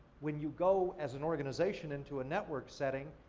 when you go as an organization into a network setting,